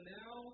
now